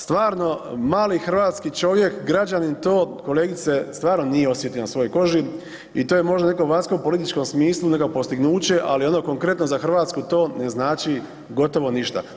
Stvarno mali hrvatski čovjek, građanin to kolegice stvarno nije osjetio na svojoj koži i to je možda u nekom vanjskopolitičkom smislu neko postignuće, ali ono konkretno za RH to ne znači gotovo ništa.